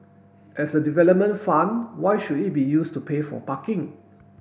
as a development fund why should it be used to pay for parking